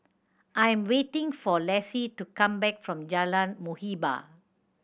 I am waiting for Lassie to come back from Jalan Muhibbah